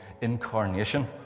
incarnation